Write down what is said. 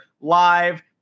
live